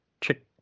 chick